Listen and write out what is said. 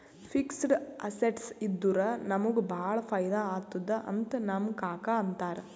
fixed assets ಇದ್ದುರ ನಮುಗ ಭಾಳ ಫೈದಾ ಆತ್ತುದ್ ಅಂತ್ ನಮ್ ಕಾಕಾ ಅಂತಾರ್